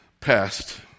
passed